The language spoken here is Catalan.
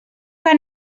que